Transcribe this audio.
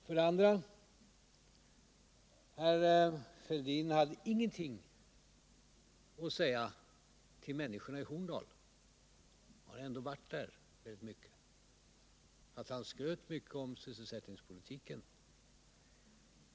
För det andra hade herr Fälldin ingenting att säga till människorna i Horndal trots att han varit där rätt mycket och fast han skröt en hel del om sysselsättningspolitiken.